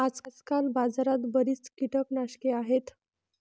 आजकाल बाजारात बरीच कीटकनाशके आहेत